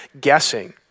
guessing